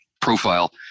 profile